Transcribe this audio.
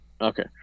Okay